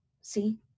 see